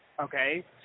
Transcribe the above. Okay